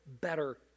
better